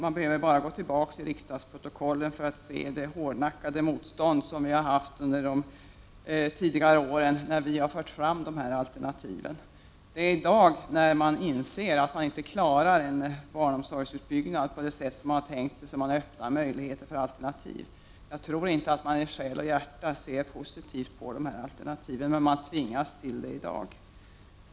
Man behöver bara gå tillbaka till riksdagsprotokollen för att se det hårdnackade motstånd som vi haft under tidigare år när vi har fört fram dessa alternativ. Det är i dag, när man inser att man inte klarar av barnomsorgsutbyggnaden, som man har öppnat möjligheter för alternativ. Jag tror i och för sig inte att socialdemokraterna i själ och hjärta ser positivt på dessa alternativ utan har blivit tvingade till det i dag.